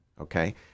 okay